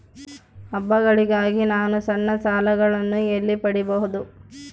ಹಬ್ಬಗಳಿಗಾಗಿ ನಾನು ಸಣ್ಣ ಸಾಲಗಳನ್ನು ಎಲ್ಲಿ ಪಡಿಬಹುದು?